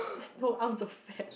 just go off the fan